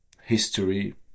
history